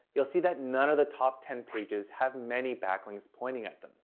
you'll see that none of the top ten pages have many backlinks pointing at them.